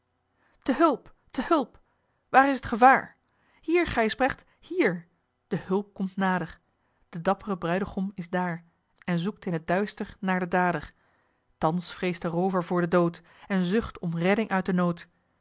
te hulp te hulp waar is t gevaar hier gijsbrecht hier de hulp komt nader de dapp're bruidegom is daar en zoekt in t duister naar den dader thans vreest de roover voor den dood en zucht om redding uit den nood